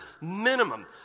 minimum